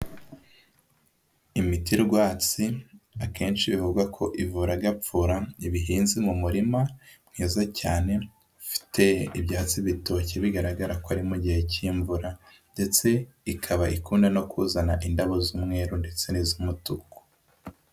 Imiti rwatsi akenshi bivugwa ko ivura agapfura iba ihinze mu murima mwiza cyane ufite ibyatsi bitoshye bigaragara ko ari mu gihe cy'imvura, ndetse ikaba ikunda no kuzana indabo z'umweru ndetse n'iz'umutuku.